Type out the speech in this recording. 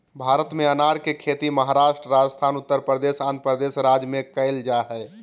भारत में अनार के खेती महाराष्ट्र, राजस्थान, उत्तरप्रदेश, आंध्रप्रदेश राज्य में कैल जा हई